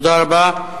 תודה רבה.